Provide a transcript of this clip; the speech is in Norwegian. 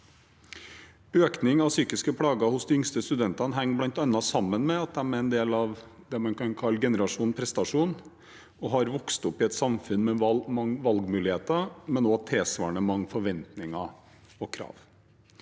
Økningen i psykiske plager hos de yngste studentene henger bl.a. sammen med at de er en del av det man kan kalle generasjon prestasjon, og har vokst opp i et samfunn med mange valgmuligheter, men også med tilsvarende mange forventninger og krav.